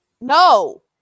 no